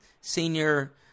senior